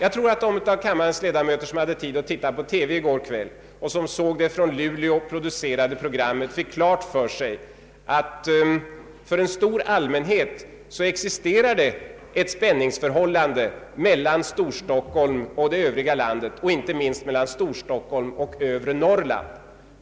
Jag tror att de av kammarens ledamöter som i går kväll i TV såg det från Luleå producerade programmet fick klart för sig att för en stor allmänhet existerar det ett spänningsförhållande mellan Storstockholm och det övriga landet och inte minst mellan Storstockholm och övre Norrland.